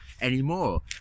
anymore